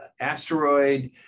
asteroid